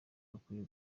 bakwiye